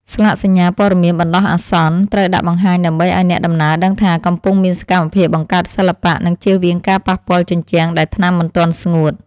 ស្លាកសញ្ញាព័ត៌មានបណ្ដោះអាសន្ន ត្រូវដាក់បង្ហាញដើម្បីឱ្យអ្នកដំណើរដឹងថា កំពុងមានសកម្មភាពបង្កើតសិល្បៈ និងជៀសវាងការប៉ះពាល់ជញ្ជាំងដែលថ្នាំមិនទាន់ស្ងួត។